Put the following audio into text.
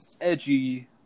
edgy